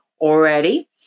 already